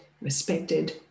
respected